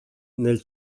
nel